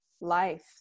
life